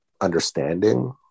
understanding